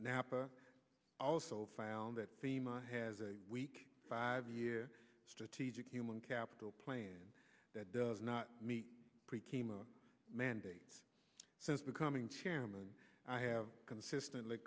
nappa also found that theme a has a weak five year strategic human capital plan that does not meet the mandate since becoming chairman i have consistently